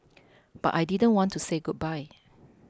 but I didn't want to say goodbye